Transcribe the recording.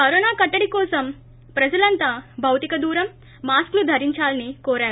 corona కట్టడి కోసం ప్రజలంతా భౌతిక దూరం మాస్కులు ధరించాలని కోరారు